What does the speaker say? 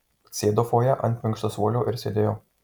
atsisėdau fojė ant minkštasuolio ir sėdėjau